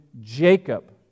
Jacob